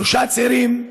שלושה צעירים,